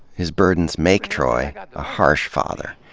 his burdens make troy a harsh father.